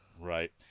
Right